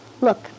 Look